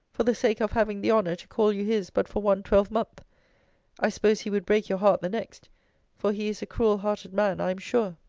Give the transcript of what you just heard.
for the sake of having the honour to call you his but for one twelvemonth i suppose he would break your heart the next for he is cruel-hearted man, i am sure.